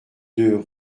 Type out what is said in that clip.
deux